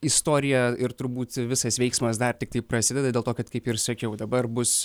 istorija ir turbūt visas veiksmas dar tiktai prasideda dėl to kad kaip ir sakiau dabar bus